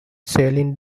sailing